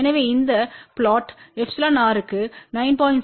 எனவே இந்த புளொட் Erக்கு 9